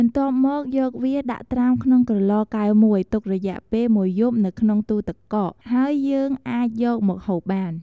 បន្ទាប់មកយកវាដាក់ត្រាំក្នុងក្រឡកែវមួយ ទុករយៈពេលមួយយប់នៅក្នុងទូរទឹកកក ហើយយើងអាចយកមកហូបបាន។